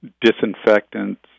disinfectants